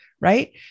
right